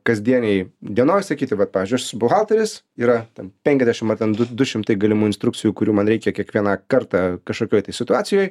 kasdienėj dienoj sakyti vat pavyzdžiui aš esu buhalteris yra ten penkiasdešim ar ten du du šimtai galimų instrukcijų kurių man reikia kiekvieną kartą kažkokioj tai situacijoj